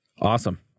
Awesome